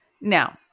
Now